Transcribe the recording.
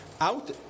Out